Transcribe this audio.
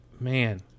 man